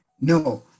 no